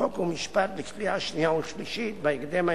חוק ומשפט לקריאה שנייה ושלישית בהקדם האפשרי,